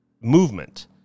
movement